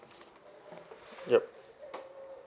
yup